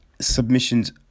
submissions